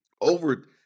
over